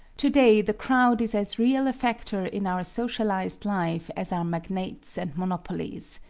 today the crowd is as real a factor in our socialized life as are magnates and monopolies.